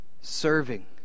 serving